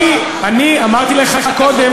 אני אמרתי לך קודם.